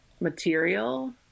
material